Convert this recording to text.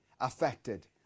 affected